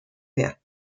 mehr